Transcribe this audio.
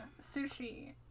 sushi